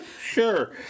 Sure